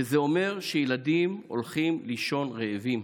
שזה אומר שילדים הולכים לישון רעבים.